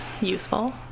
Useful